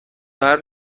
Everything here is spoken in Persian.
حرف